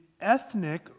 ethnic